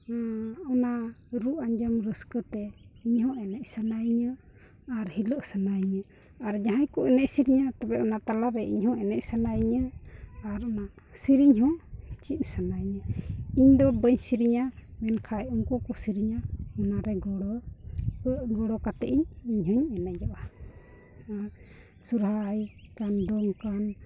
ᱚᱱᱟ ᱨᱩ ᱟᱡᱚᱢ ᱨᱟᱹᱥᱠᱟᱹ ᱛᱮ ᱤᱧ ᱦᱚᱸ ᱮᱱᱮᱡ ᱥᱟᱱᱟᱧᱟ ᱟᱨ ᱦᱤᱞᱟᱹᱜ ᱥᱟᱱᱟᱧᱟ ᱟᱨ ᱡᱟᱦᱟᱸᱭ ᱠᱚ ᱮᱱᱮᱡ ᱥᱮᱨᱮᱧᱟ ᱛᱚᱵᱮ ᱚᱱᱟ ᱛᱟᱞᱟᱨᱮ ᱤᱧᱦᱚᱸ ᱮᱱᱮᱡ ᱥᱟᱱᱟᱧᱟ ᱟᱨ ᱚᱱᱟ ᱥᱮᱨᱮᱧ ᱦᱚᱸ ᱪᱮᱫ ᱥᱟᱱᱟᱧᱟ ᱤᱧᱫᱚ ᱵᱟᱹᱧ ᱥᱮᱨᱮᱧᱟ ᱢᱮᱱᱠᱷᱟᱡ ᱩᱱᱠᱩ ᱠᱚ ᱥᱮᱨᱮᱧᱟ ᱚᱱᱟᱨᱮ ᱜᱚᱲᱚ ᱜᱚᱲᱚ ᱠᱟᱛᱮ ᱤᱧ ᱤᱧ ᱦᱚᱸᱧ ᱮᱱᱮᱡᱚᱜᱼᱟ ᱥᱚᱦᱨᱟᱭ ᱠᱟᱱ ᱫᱚᱝ ᱠᱟᱱ